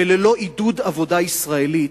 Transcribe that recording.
ושל עידוד עבודה ישראלית,